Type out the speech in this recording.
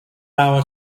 hour